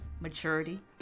maturity